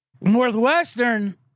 Northwestern